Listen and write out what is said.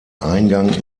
eingang